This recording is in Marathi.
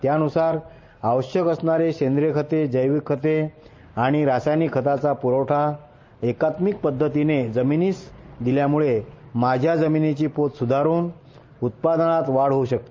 त्यानंतर आवश्यक असणारी शेंद्रीय खते जैवीक खते आणि रासायनिक खताचा प्रवठा एकात्मीक पद्वतीने जमीनीस दिल्यामुळे माझ्या जमीनीची पोत स्धारून उत्पादनात वाढ होऊ शकते